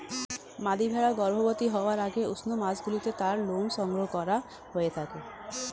মাদী ভেড়া গর্ভবতী হওয়ার আগে উষ্ণ মাসগুলিতে তার লোম সংগ্রহ করা হয়ে থাকে